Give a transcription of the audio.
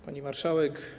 Pani Marszałek!